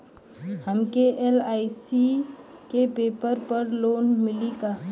हमके एल.आई.सी के पेपर पर लोन मिली का?